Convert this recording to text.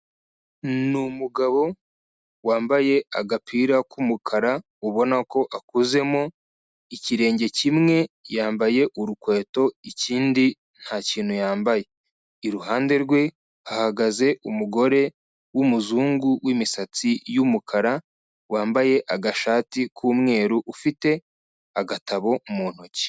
Ni umugabo wambaye agapira k'umukara ubona ko ukuzemo, ikirenge kimwe yambaye urukweto ikindi nta kintu yambaye, iruhande rwe hahagaze umugore w'umuzungu w'imisatsi y'umukara wambaye agashati k'umweru ufite agatabo mu ntoki.